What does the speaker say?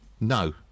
No